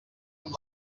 amb